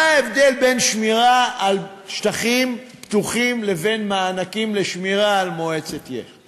מה ההבדל בין שמירה על שטחים פתוחים לבין מענקים לשמירה על מועצת יש"ע?